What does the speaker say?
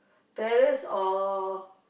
terrace or